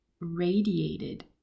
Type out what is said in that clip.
radiated